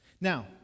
Now